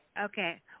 Okay